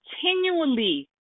continually